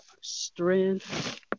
strength